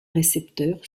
récepteur